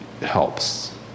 helps